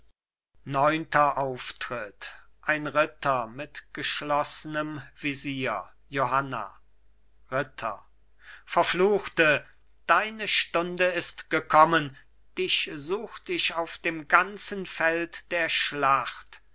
neunter auftritt ein ritter mit geschloßnem visier johanna ritter verfluchte deine stunde ist gekommen dich sucht ich auf dem ganzen feld der schlacht